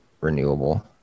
renewable